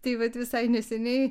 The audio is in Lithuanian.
tai vat visai neseniai